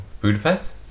Budapest